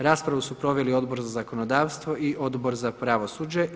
Raspravu su proveli Odbor za zakonodavstvo i Odbor za pravosuđe.